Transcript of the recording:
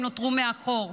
שנותרו מאחור.